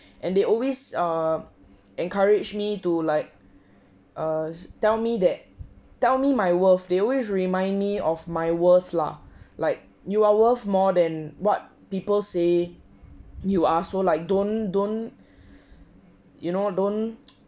and they always err encouraged me to like uh tell me that tell me my worth they always remind me of my worth lah like you are worth more than what people say you are so like don't don't you know don't